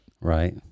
Right